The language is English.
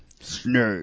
snake